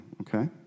okay